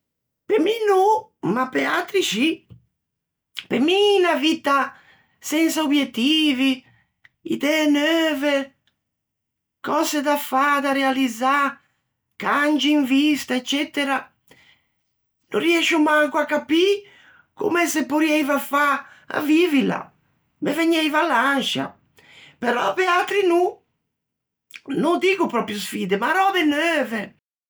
Pe mi no, ma pe atri scì. Pe mi unna vitta sensa obbiettivi, idee neuve, cöse da fâ, da realizzâ, cangi in vista, eccetera, no riëscio manco à capî comme se porrieiva fâ à vivila, ma vegnieiva l'anscia, però pe atri no. No diggo pròpio sfidde, ma röbe neuve.